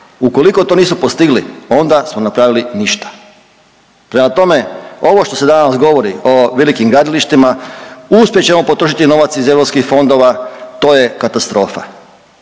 Ukoliko to nismo postigli onda smo napravili ništa. Prema tome, ovo što se danas govori o velikim gradilištima uspjet ćemo potrošiti novac iz europskih fondova to je katastrofa.